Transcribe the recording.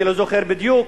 אני לא זוכר בדיוק,